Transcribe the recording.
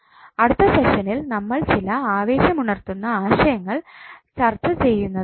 അടുത്ത സെഷനിൽ നമ്മൾ ചില ആവേശമുണർത്തുന്ന ആശയങ്ങൾ ചർച്ചചെയുന്നത് ആണ്